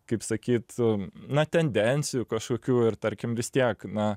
kaip sakyt na tendencijų kažkokių ir tarkim vis tiek na